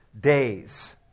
days